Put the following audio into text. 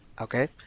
Okay